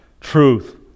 Truth